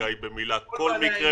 כמו MyHeritage,